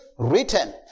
Written